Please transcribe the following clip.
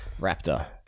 Raptor